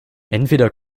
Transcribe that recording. entweder